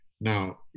now